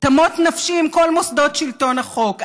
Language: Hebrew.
תמות נפשי עם כל מוסדות שלטון החוק,